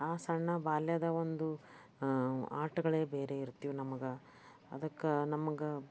ಆ ಸಣ್ಣ ಬಾಲ್ಯದ ಒಂದು ಆಟಗಳೇ ಬೇರೆ ಇರ್ತೀವಿ ನಮ್ಗೆ ಅದಕ್ಕೆ ನಮ್ಗೆ